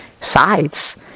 sides